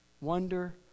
wonder